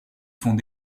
font